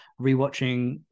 rewatching